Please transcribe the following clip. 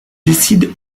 décide